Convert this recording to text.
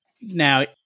Now